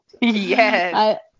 Yes